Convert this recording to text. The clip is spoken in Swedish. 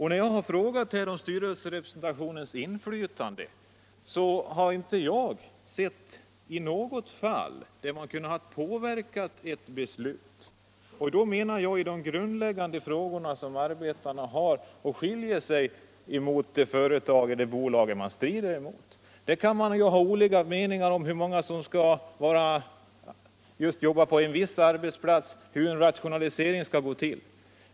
I frågan om inflytande genom styrelserepresentation har jag inte i något fall funnit att arbetarna kan påverka ett beslut. Jag menar då i de grundläggande frågor där arbetarnas uppfattning står i strid med företagets eller bolagets. Nu kan man ha olika meningar om hur många som skall finnas på en viss arbetsplats och hur en rationalisering skall gå till.